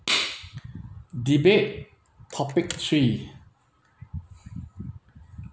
debate topic three